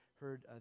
heard